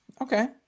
Okay